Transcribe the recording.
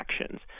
actions